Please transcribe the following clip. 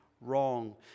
wrong